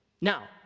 Now